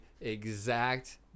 exact